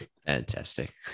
Fantastic